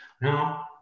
Now